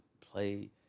play